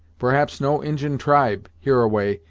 perhaps no injin tribe, hereaway,